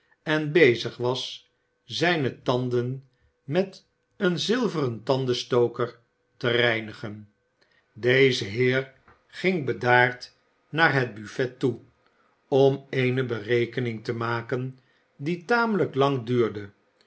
en bezig was zijne tanden met een zilveren tandenstoker te reinigen deze heer ging bedaard naar het buffet toe om eene berekening te maken die tamelijk